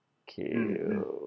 okay